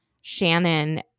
Shannon